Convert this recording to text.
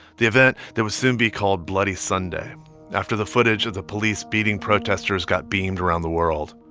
the event that would soon be called bloody sunday after the footage of the police beating protesters got beamed around the world.